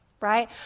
right